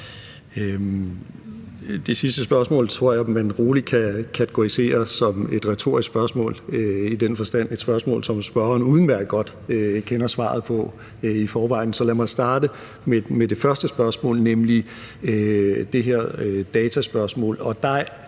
Det sidste spørgsmål tror jeg man roligt kan kategorisere som et retorisk spørgsmål i den forstand, at det er et spørgsmål, som spørgeren udmærket godt kender svaret på i forvejen. Så lad mig starte med det første spørgsmål, nemlig det her dataspørgsmål,